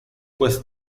pues